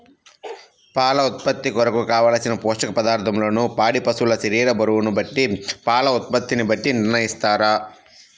పాల ఉత్పత్తి కొరకు, కావలసిన పోషక పదార్ధములను పాడి పశువు శరీర బరువును బట్టి పాల ఉత్పత్తిని బట్టి నిర్ణయిస్తారా?